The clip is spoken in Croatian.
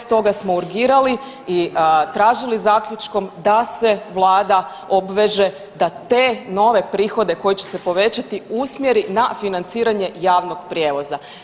Zbog toga smo urgirali i tražili zaključkom da se vlada obveže da te nove prihode koji će se povećati usmjeri na financiranje javnog prijevoza.